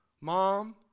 Mom